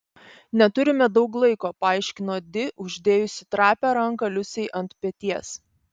neturime daug laiko paaiškino di uždėjusi trapią ranką liusei ant peties